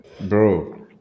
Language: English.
Bro